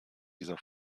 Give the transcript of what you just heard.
dieser